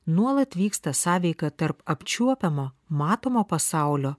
nuolat vyksta sąveika tarp apčiuopiamo matomo pasaulio